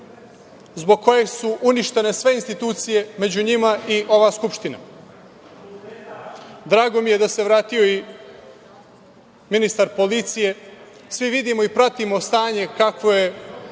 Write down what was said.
zbog kojeg su uništene sve institucije, među njima i ova Skupština. Drago mi je da se vratio i ministar policije. Svi vidimo i pratimo stanje kako je